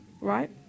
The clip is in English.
right